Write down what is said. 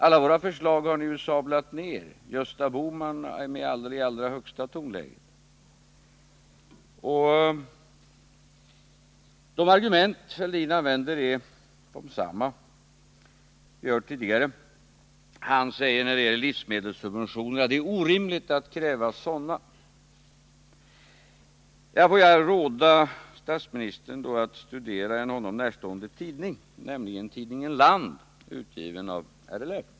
Alla våra förslag har ni sablat ner — Gösta Bohman i det allra högsta tonläget. De argument som Thorbjörn Fälldin använder är desamma som vi har hört tidigare. Han säger när det gäller livsmedelssubventionerna: Det är orimligt att kräva sådana. Här vill jag råda statsministern att studera en honom närstående tidning, nämligen tidningen Land, utgiven av LRF.